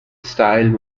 style